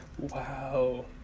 wow